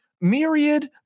myriad